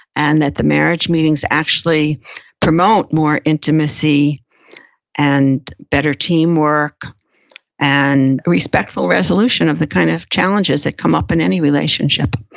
and that the marriage meetings actually promote more intimacy and better team work and a respectful resolution of the kind of challenges that come up in any relationship